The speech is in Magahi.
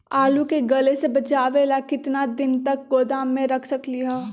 आलू के गले से बचाबे ला कितना दिन तक गोदाम में रख सकली ह?